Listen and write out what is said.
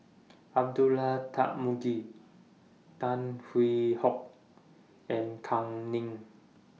Abdullah Tarmugi Tan Hwee Hock and Kam Ning